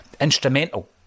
instrumental